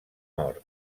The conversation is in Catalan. mort